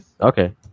Okay